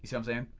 so i'm saying?